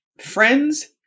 friends